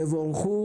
תבורכו,